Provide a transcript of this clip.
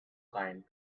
kind